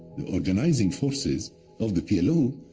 the organizing forces of the plo,